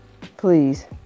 please